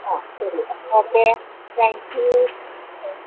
ആ ശരി okay thank you hmm